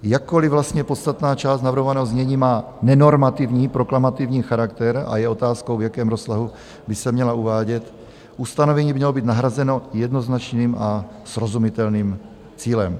Jakkoliv vlastně podstatná část navrhovaného znění má nenormativní proklamativní charakter a je otázkou, v jakém rozsahu by se měla uvádět, ustanovení by mělo být nahrazeno jednoznačným a srozumitelným cílem.